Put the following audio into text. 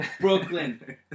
Brooklyn